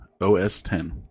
OS-10